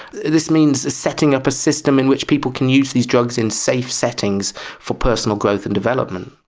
this means setting up a system in which people can use these drugs in safe settings for personal growth and development.